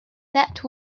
let